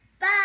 Bye